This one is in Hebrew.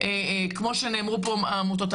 כמו שאמרו פה העמותות,